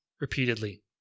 repeatedly